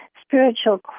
spiritual